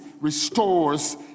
restores